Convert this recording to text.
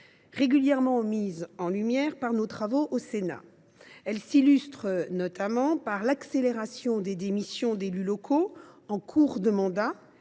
régulièrement mise en lumière par les travaux du Sénat. Elle s’illustre notamment par l’accélération des démissions d’élus locaux en cours de mandat